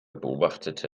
beobachtete